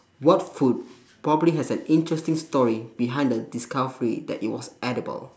what food probably has an interesting story behind the discovery that it was edible